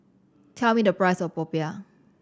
tell me the price of popiah